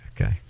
okay